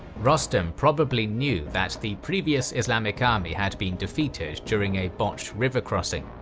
rostam probably knew that the previous islamic army had been defeated during a botched river crossing,